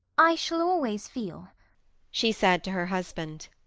i shall always feel she said to her husband,